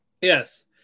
Yes